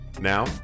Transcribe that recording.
Now